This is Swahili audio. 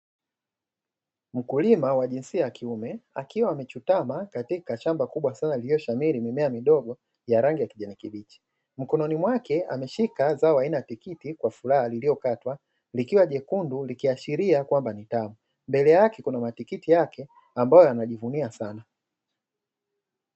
Mkulima wa jinsia ya kiume akiwa amechutama katika shamba kubwa sana lililoshamiri mimea midogo ya rangi ya kijani kibichi. Mikononi mwake ameshika zao aina ya tikiti kwa furaha lililokatwa, likiwa jekundu likiashiria kuwa ni tamu; mbele yake kuna matikiti yake ambayo anajivunia sana.